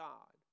God